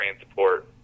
transport